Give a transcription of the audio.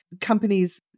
companies